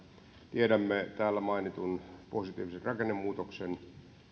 tiedämme täällä mainitun positiivisen rakennemuutoksen